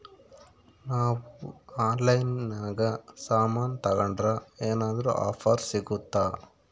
ನಾವು ಆನ್ಲೈನಿನಾಗ ಸಾಮಾನು ತಗಂಡ್ರ ಏನಾದ್ರೂ ಆಫರ್ ಸಿಗುತ್ತಾ?